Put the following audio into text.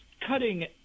cutting